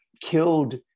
killed